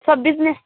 sir business